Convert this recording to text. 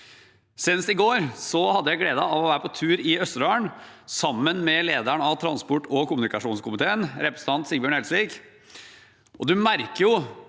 Senest i går hadde jeg gleden av å være på tur i Østerdalen sammen med lederen av transport- og kommunikasjonskomiteen, representanten Sigbjørn Gjelsvik. Man merker